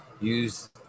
use